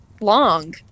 long